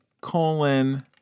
colon